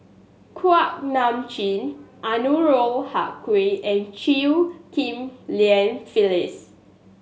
Kuak Nam Jin Anwarul Haque and Chew Ghim Lian Phyllis